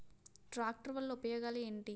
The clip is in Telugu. ట్రాక్టర్ వల్ల ఉపయోగాలు ఏంటీ?